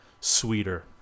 sweeter